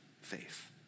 faith